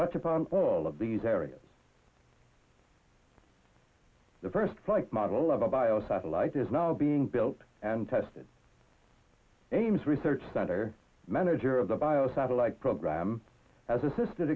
touch upon all of these areas the first flight model of a bio satellite is now being built and tested ames research center manager of the bio satellite program as assisted